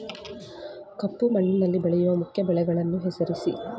ಕಪ್ಪು ಮಣ್ಣಿನಲ್ಲಿ ಬೆಳೆಯುವ ಮುಖ್ಯ ಬೆಳೆಗಳನ್ನು ಹೆಸರಿಸಿ